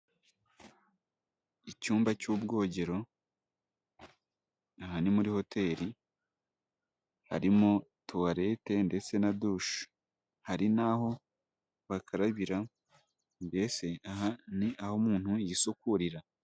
Icyumba cy'ubwogero ,aha ni muri hotel ,harimo toilet ndetse na dushe .Hari n'aho bakarabira, mbese aha ni aho umuntu yisukurira.